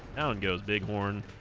alan goes big horn